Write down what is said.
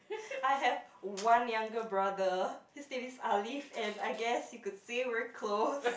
I have one younger brother his name is Alif and I guess you could say we're close